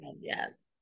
yes